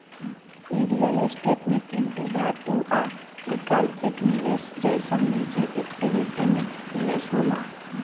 इ real estate में किमती धातु आ वैकल्पिक निवेश जइसन निजी इक्विटी में निवेश होला